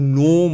no